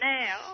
now